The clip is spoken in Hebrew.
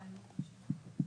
תודה רבה.